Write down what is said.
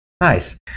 Nice